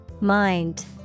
Mind